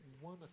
One